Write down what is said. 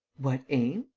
what aim?